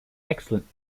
excellent